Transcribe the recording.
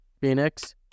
Phoenix